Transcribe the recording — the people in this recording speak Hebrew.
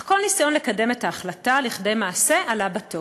אך כל ניסיון לקדם את ההחלטה לכדי מעשה עלה בתוהו.